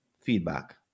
feedback